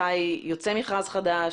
מתי יוצא מכרז חדש,